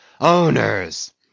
Owners